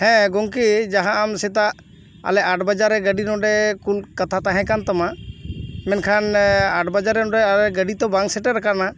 ᱦᱮᱸ ᱜᱚᱝᱠᱮ ᱡᱟᱦᱟᱸ ᱟᱢ ᱥᱮᱛᱟᱜ ᱟᱞᱮ ᱟᱴ ᱵᱟᱡᱟᱨᱮ ᱜᱟᱹᱰᱤ ᱱᱚᱸᱰᱮ ᱠᱳᱞ ᱠᱟᱛᱷᱟ ᱛᱟᱦᱮᱸ ᱠᱟᱱ ᱛᱟᱢᱟ ᱢᱮᱱᱠᱷᱟᱱ ᱟᱴ ᱵᱟᱡᱟᱜ ᱨᱮ ᱱᱚᱸᱰᱮ ᱜᱟᱹᱰᱤᱛᱚ ᱵᱟᱝ ᱥᱮᱴᱮᱨ ᱟᱠᱟᱱᱟ